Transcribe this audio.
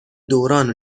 دوران